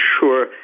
sure